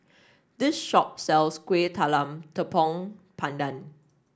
this shop sells Kuih Talam Tepong Pandan